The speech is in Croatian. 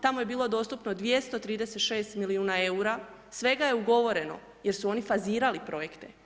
Tamo je bilo dostupno 236 milijuna eura, svega je ugovoreno jer su oni fazirali projekte.